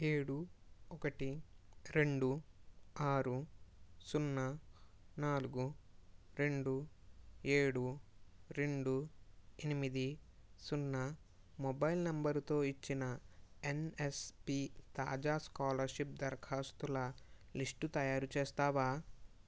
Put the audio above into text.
ఏడు ఒకటి రెండు ఆరు సున్నా నాలుగు రెండు ఏడు రెండు ఎనిమిది సున్నా మొబైల్ నంబరుతో ఇచ్చిన ఎన్ఎస్పి తాజా స్కాలర్షిప్ దరఖాస్తుల లిస్టు తయారు చేస్తావా